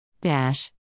dash